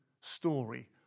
story